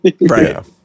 Right